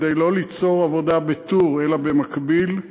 כדי לא ליצור עבודה בטור אלא במקביל.